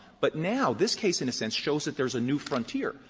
but now this case in a sense shows that there's a new frontier,